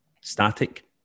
static